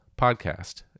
podcast